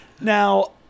Now